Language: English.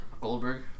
Goldberg